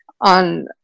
on